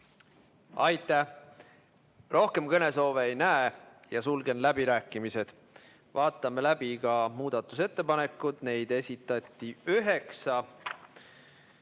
Aitäh! Rohkem kõnesoove ei näe, sulgen läbirääkimised. Vaatame läbi ka muudatusettepanekud, neid esitati üheksa.